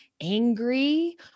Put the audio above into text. angry